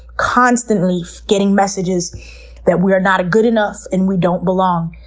constantly getting messages that we're not good enough and we don't belong.